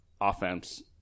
offense